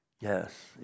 Yes